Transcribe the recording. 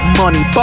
money